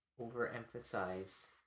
overemphasize